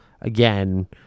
again